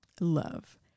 love